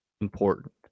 important